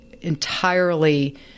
entirely